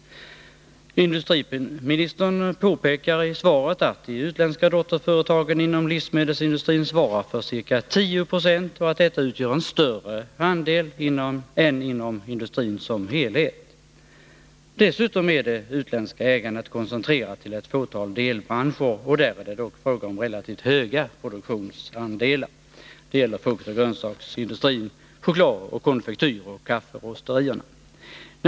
Industriministern påpekar i svaret att de utländska dotterföretagen inom livsmedelsindustrin svarar för ca 10 96 och att detta utgör en större andel än inom industrin som helhet. Dessutom är det utländska ägandet koncentrerat 10 Riksdagens protokoll 1981/82:56-60 till ett fåtal delbranscher, och där är det dock fråga om relativt höga produktionsandelar. Det gäller fruktoch grönsaksindustrin, chokladoch konfektyrindustrin och kafferosterierna.